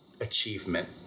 achievement